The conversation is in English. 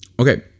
okay